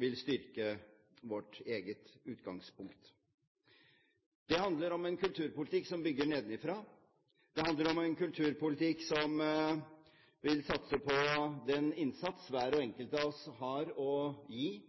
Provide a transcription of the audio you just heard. vil styrke vårt eget utgangspunkt. Det handler om en kulturpolitikk som bygger nedenfra. Det handler om en kulturpolitikk som vil satse på den innsats hver enkelt av oss har å gi.